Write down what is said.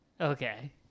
Okay